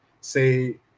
say